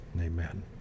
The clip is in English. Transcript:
Amen